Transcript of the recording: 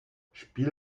spiel